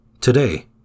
Today